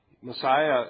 Messiah